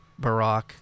Barack